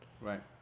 Right